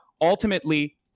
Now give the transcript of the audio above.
ultimately